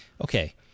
Okay